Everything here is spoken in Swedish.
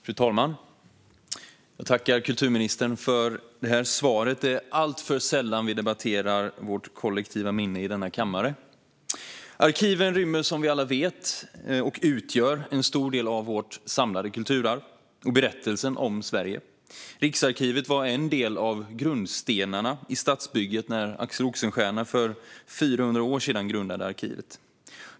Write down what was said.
Fru talman! Jag tackar kulturministern för svaret. Det är alltför sällan vi debatterar vårt kollektiva minne i denna kammare. Arkiven rymmer och utgör, som vi alla vet, en stor del av vårt samlade kulturarv och berättelsen om Sverige. Riksarkivet var en del av grundstenarna i statsbygget när Axel Oxenstierna för 400 år sedan grundade arkivet.